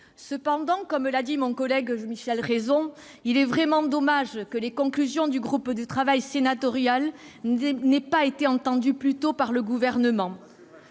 Cependant, comme l'a dit mon collègue Michel Raison, il est vraiment dommage que les conclusions du groupe de travail sénatorial n'aient pas été entendues plus tôt par le Gouvernement.